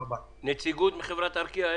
נציג חברת ארקיע.